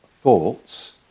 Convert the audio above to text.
thoughts